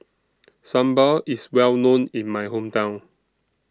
Sambal IS Well known in My Hometown